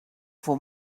for